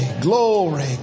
glory